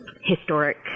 historic